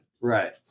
Right